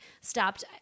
stopped